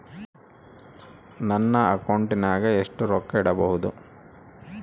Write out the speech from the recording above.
ನನ್ನ ಅಕೌಂಟಿನಾಗ ಎಷ್ಟು ರೊಕ್ಕ ಇಡಬಹುದು?